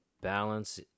balance